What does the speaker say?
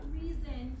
reason